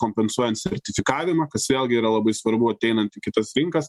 kompensuojant sertifikavimą kas vėlgi yra labai svarbu ateinant į kitas rinkas